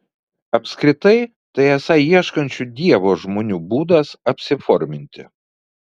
apskritai tai esą ieškančių dievo žmonių būdas apsiforminti